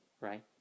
Right